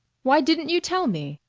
why didn't you tell me?